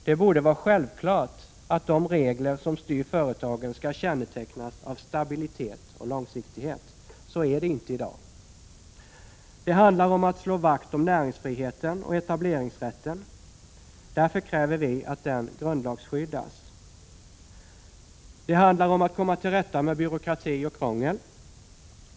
Det borde vara självklart att de regler som styr företagen skall kännetecknas av stabilitet och långsiktighet. Så är det inte i dag! —- Det handlar om att slå vakt om näringsfriheten och etableringsrätten. Därför kräver vi att den grundlagsskyddas. —- Det handlar om att komma till rätta med byråkrati och krångel.